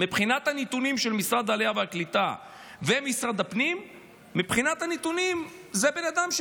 מבחינת הנתונים של משרד העלייה והקליטה ומשרד הפנים זה אדם שעזב,